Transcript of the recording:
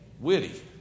Witty